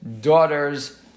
daughter's